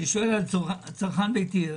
אני שואל על הצרכן הביתי.